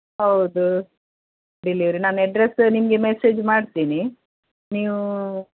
ಹೌದು ಡಿಲೆವರಿ ನಾನು ಎಡ್ರೆಸ್ಸು ನಿಮಗೆ ಮೆಸೇಜ್ ಮಾಡ್ತೇನೆ ನೀವು